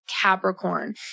Capricorn